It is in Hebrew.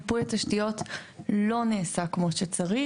מיפוי התשתיות לא נעשה כמו שצריך.